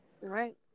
Right